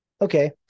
okay